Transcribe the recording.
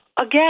Again